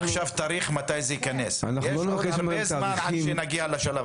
יש עוד הרבה זמן עד שנגיע לשלב הזה.